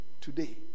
today